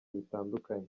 bitandukanye